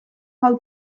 hau